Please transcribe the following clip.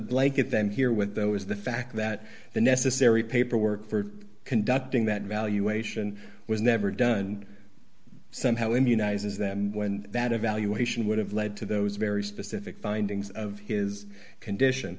blanket them here with though is the fact that the necessary paperwork for conducting that evaluation was never done somehow immunizes them when that evaluation would have led to those very specific findings of his condition